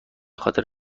خاطر